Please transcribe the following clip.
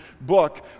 book